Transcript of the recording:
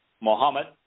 Muhammad